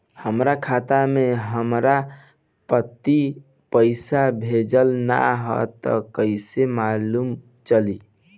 हमरा खाता में हमर पति पइसा भेजल न ह त कइसे मालूम चलि?